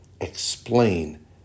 explain